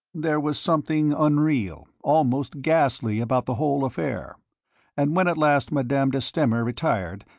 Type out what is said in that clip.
there was something unreal, almost ghastly, about the whole affair and when at last madame de stamer retired,